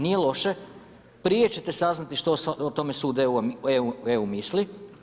Nije loše, prije ćete saznati što o tome sud EU misli.